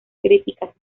críticas